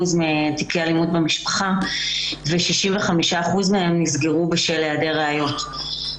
מתיקי אלימות במשפחה ו-65% מהם נסגרו בשל היעדר ראיות.